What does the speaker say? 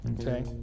Okay